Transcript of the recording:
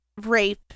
rape